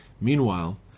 Meanwhile